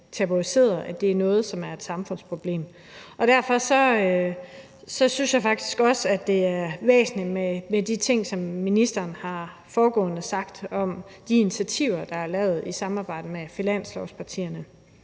at det er noget, som er et samfundsproblem. Derfor så synes jeg faktisk også, at det er væsentligt med de ting, som ministeren har sagt om de initiativer, der er lavet i samarbejde med finanslovspartierne: